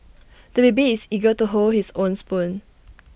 the baby is eager to hold his own spoon